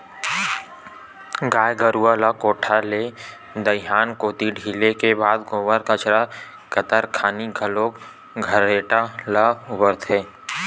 गाय गरुवा ल कोठा ले दईहान कोती ढिले के बाद गोबर कचरा करत खानी घलोक खरेटा ल बउरथे